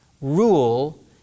rule